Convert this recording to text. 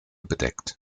bedeckt